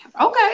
Okay